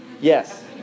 Yes